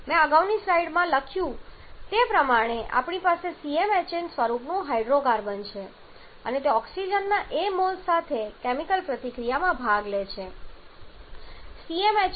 મેં અગાઉની સ્લાઇડમાં લખ્યું હતું તે પ્રમાણે આપણી પાસે CmHn સ્વરૂપનું હાઇડ્રોકાર્બન છે અને તે ઓક્સિજનના a મોલ્સ સાથે કેમિકલ પ્રતિક્રિયામાં ભાગ લે છે